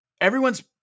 everyone's